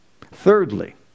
Thirdly